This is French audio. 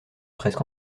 presque